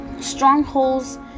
strongholds